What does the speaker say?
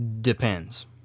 Depends